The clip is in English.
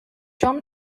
john